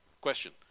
Question